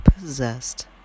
possessed